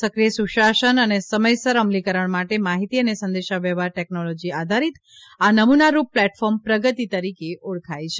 સક્રિય સુશાસન અને સમયસર અમલીકરણ માટે માહીતી અને સંદેશાવ્યવહાર ટેકનોલોજી આધારીત આ નમૂનારૂપ પ્લેટફોર્મ પ્રગતિ તરીકે ઓળખાય છે